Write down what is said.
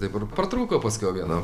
taip ir pratrūko paskiau vieną